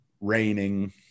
raining